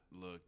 look